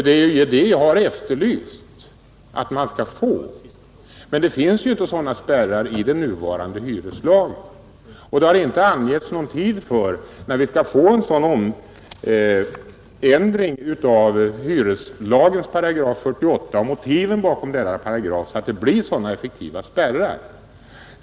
Det är ju det jag har efterlyst. Men det finns ju inte sådana spärrar i den nuvarande hyreslagen, och det har inte angetts någon tid för när vi skall få en sådan ändring av hyreslagens 48 § och motiven bakom denna paragraf, att det blir effektiva spärrar.